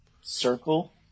circle